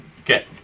Okay